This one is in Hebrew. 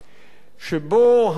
שבו הממשלה,